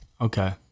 Okay